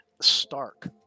stark